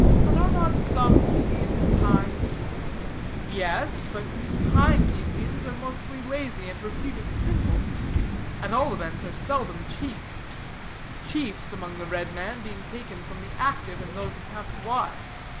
but are not some indians kind yes, but kind indians are mostly lazy, and reputed simple at all events, are seldom chiefs chiefs among the red men being taken from the active, and those accounted wise.